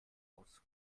aus